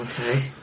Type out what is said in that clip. Okay